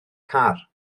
car